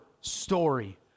story